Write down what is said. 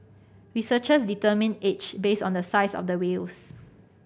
researchers determine age based on the size of the whales